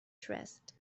dressed